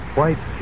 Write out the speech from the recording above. White